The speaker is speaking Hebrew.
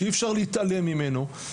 שאי אפשר להתעלם ממנו.